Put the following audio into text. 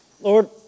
Lord